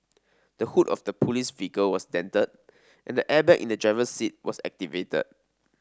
the hood of the police vehicle was dented and the airbag in the driver's seat was activated